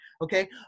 Okay